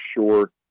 sure